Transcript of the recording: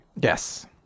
yes